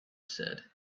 said